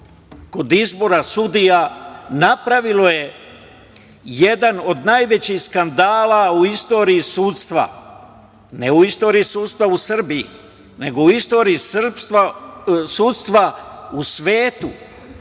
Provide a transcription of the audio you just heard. kod izbora sudija napravilo je jedan od najvećih skandala u istoriji sudstva, ne u istoriji sudstva u Srbiji, nego u istoriji sudstva u svetu,